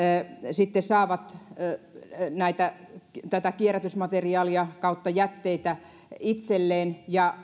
saavat kierrätysmateriaalia jätteitä itselleen ja